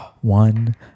one